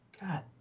God